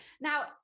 Now